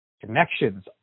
connections